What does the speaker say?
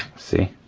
see,